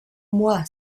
moi